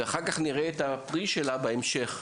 ואנחנו נראה את הפרי שלה בהמשך.